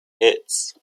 hits